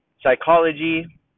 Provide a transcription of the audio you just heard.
Psychology